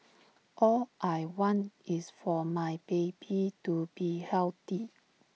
all I want is for my baby to be healthy